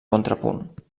contrapunt